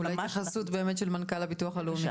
מה ההתייחסות באמת של מנכ"ל הביטוח הלאומי?